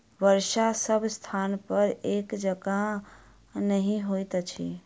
वर्षा सभ स्थानपर एक जकाँ नहि होइत अछि